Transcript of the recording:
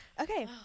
Okay